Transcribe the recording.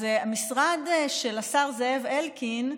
אז המשרד של השר זאב אלקין,